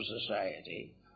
society